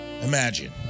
Imagine